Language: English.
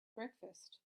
breakfast